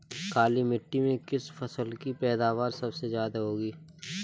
काली मिट्टी में किस फसल की पैदावार सबसे ज्यादा होगी?